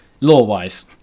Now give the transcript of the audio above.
law-wise